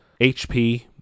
HP